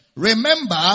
Remember